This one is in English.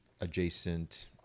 adjacent